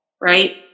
right